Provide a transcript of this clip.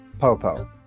Popo